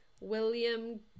william